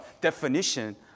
definition